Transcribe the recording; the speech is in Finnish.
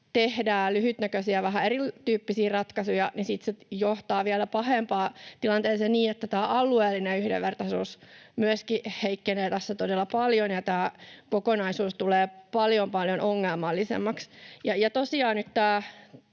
tehdään lyhytnäköisiä, vähän erityyppisiä ratkaisuja, ja sitten se johtaa vielä pahempaan tilanteeseen, niin että tämä alueellinen yhdenvertaisuus myöskin heikkenee tässä todella paljon ja tämä kokonaisuus tulee paljon, paljon ongelmallisemmaksi.